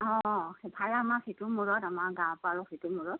অঁ সেইফালে আমাৰ সিটো মূৰত আমাৰ গাঁৱৰপৰা অলপ সিটো মূৰত